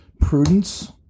prudence